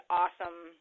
awesome